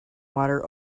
water